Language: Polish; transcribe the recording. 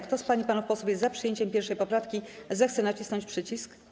Kto z pań i panów posłów jest za przyjęciem 1. poprawki, zechce nacisnąć przycisk.